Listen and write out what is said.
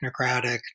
technocratic